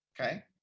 okay